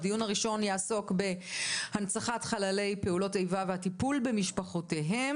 הדיון הראשון יעסוק בהנצחת חללי פעולות איבה והטיפול במשפחותיהם.